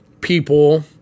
people